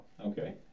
Okay